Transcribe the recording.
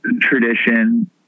tradition